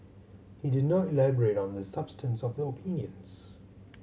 he did not elaborate on the substance of the opinions